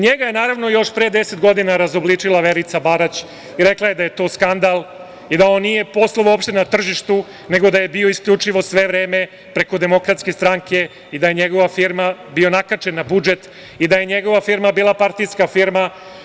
Njega je, naravno, još pre deset godina razobličila Verica Barać, kada je rekla da je to skandal i da on nije poslovao uopšte na tržištu, nego da je bio isključivo sve vreme preko DS bio nakačen na budžet i da je njegova firma bila partijska firma.